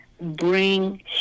bring